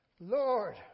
Lord